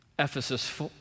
Ephesus